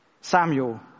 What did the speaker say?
Samuel